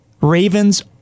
Ravens